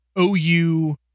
OU